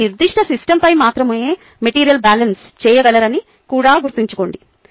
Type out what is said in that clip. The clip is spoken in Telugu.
మీరు ఒక నిర్దిష్ట సిస్టమ్పై మాత్రమే మెటీరియల్ బ్యాలెన్స్ చేయగలరని కూడా గుర్తుంచుకోండి